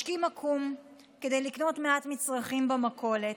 השכימה קום כדי לקנות מעט מצרכים במכולת.